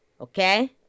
Okay